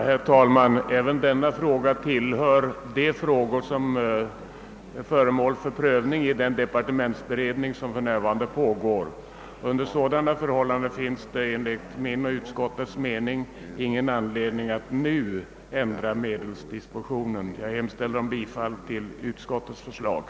Herr talman! Även denna fråga hör till dem som prövas i den departementsutredning som för närvarande arbetar, och under sådana förhållanden finns det enligt utskottets och min mening ingen anledning att nu ändra på medelsdispositionen. Jag hemställer om bifall till utskottets hemställan.